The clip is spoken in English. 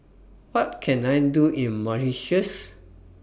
What Can I Do in Mauritius